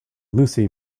lucy